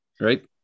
right